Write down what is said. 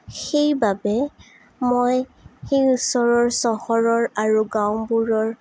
সেইবাবে মই সেই ওচৰৰ চহৰৰ আৰু গাঁওবোৰৰ